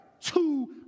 two